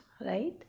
right